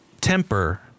temper